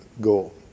goal